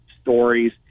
stories